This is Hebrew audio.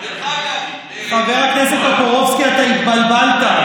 אתה התבלבלת,